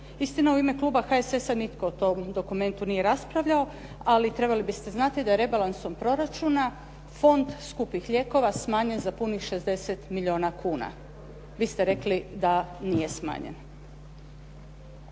Istina, u ime kluba HSS-a nitko o tom dokumentu nije raspravljao, ali trebali biste znati da je rebalansom proračuna Fond skupih lijekova smanjen za punih 60 milijuna kuna. Vi ste rekli da nije smanjen.